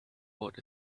bought